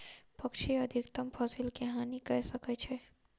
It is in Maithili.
पक्षी अधिकतम फसिल के हानि कय सकै छै